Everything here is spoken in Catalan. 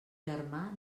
germà